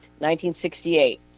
1968